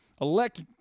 elect